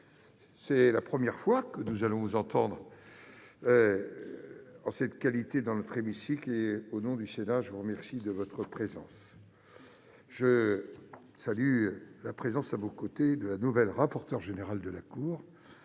C'est la première fois que nous allons vous entendre en cette qualité dans notre hémicycle. Au nom du Sénat, je vous remercie de votre présence. Je salue la présence de la nouvelle rapporteure générale de la Cour,